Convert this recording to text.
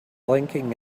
blinking